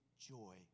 joy